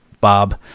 Bob